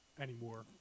anymore